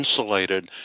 insulated